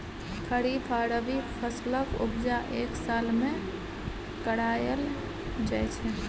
खरीफ आ रबी फसलक उपजा एक साल मे कराएल जाइ छै